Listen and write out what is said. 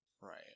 right